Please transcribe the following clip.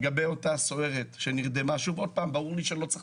לגבי אותה סוהרת שנרדמה ברור לי שלא צריך